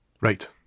Right